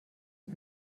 ein